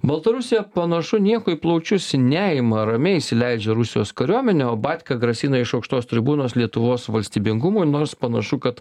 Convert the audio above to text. baltarusija panašu nieko į plaučius neima ramiai įsileidžia rusijos kariuomenę o batka grasina iš aukštos tribūnos lietuvos valstybingumui nors panašu kad